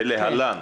ולהלן: